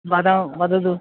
वदतु वदतु